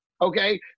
okay